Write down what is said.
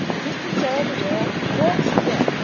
christian child to wear ought to be hold still!